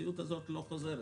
לא חוזרת.